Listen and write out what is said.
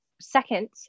second